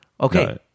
Okay